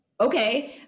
Okay